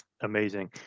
Amazing